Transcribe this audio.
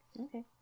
Okay